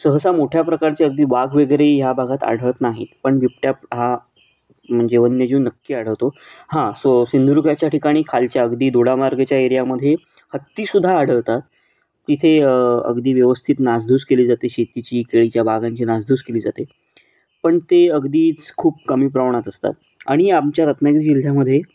सहसा मोठ्या प्रकारचे अगदी वाघ वगैरे ह्या भागात आढळत नाहीत पण बिबट्या हा म्हणजे वन्यजीव नक्की आढळतो हां सो सिंधुर्गाच्या ठिकाणी खालच्या अगदी दोडामार्गच्या एरियामध्ये हत्ती सुद्धा आढळतात तिथे अगदी व्यवस्थित नासधूस केली जाते शेतीची केळीच्या बागांची नासधूस केली जाते पण ते अगदीच खूप कमी प्रमाणात असतात आणि आमच्या रत्नागिरी जिल्ह्यामध्ये